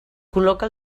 col·loca